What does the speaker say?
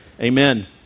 Amen